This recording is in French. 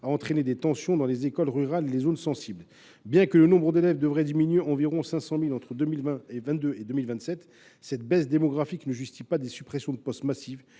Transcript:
a entraîné des tensions dans les écoles rurales et les zones sensibles. Bien que le nombre d’élèves soit appelé à diminuer d’environ 500 000 entre 2022 et 2027, cette baisse démographique ne justifie pas des suppressions de postes massives.